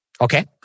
Okay